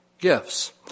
gifts